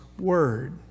Word